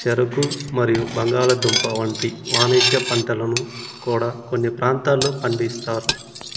చెరకు మరియు బంగాళదుంప వంటి వాణిజ్య పంటలను కూడా కొన్ని ప్రాంతాల్లో పండిస్తారు